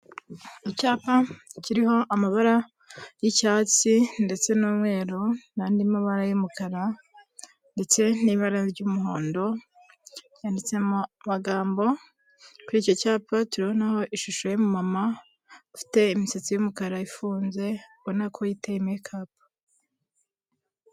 Icyapa kiriho amabara y'icyatsi ndetse n'umweru n'andi mabara y'umukara ndetse n'ibara ry'umuhondo ryanditsemo amagambo, kuri icyo cyapa turabonaho ishusho y'umumama, ufite imisatsi y'umukara ifunze, ubona ko yiteye make up.